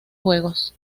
juegos